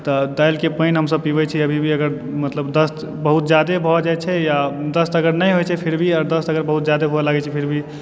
तऽ दालि के पानि हमसब पीबै छियै अभी भी अगर मतलब दस्त बहुत जादे भऽ जाइ छै या दस्त अगर नहि होइ छै फिर भी आओर दस्त अगर बहुत जादे हुए लागै छै फिर भी